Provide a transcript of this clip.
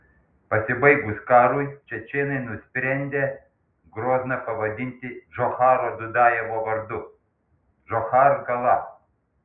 pasibaigus karui čečėnai nusprendę grozną pavadinti džocharo dudajevo vardu džochargala